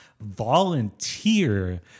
volunteer